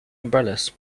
umbrellas